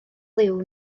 liw